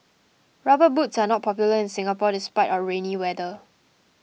rubber boots are not popular in Singapore despite our rainy weather